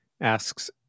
Asks